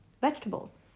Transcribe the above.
vegetables